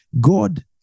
God